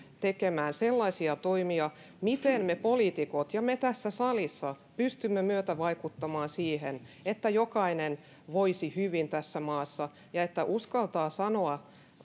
tekemään sellaisia toimia miten me poliitikot ja me tässä salissa pystymme myötävaikuttamaan siihen että jokainen voisi hyvin tässä maassa ja uskaltaa sanoa